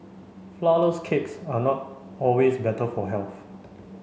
flourless cakes are not always better for health